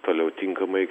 toliau tinkamai